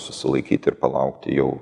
susilaikyti ir palaukti jau